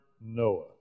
Noah